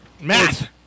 Math